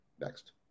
Next